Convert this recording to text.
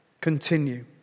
Continue